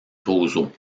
roseaux